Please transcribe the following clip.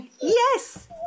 Yes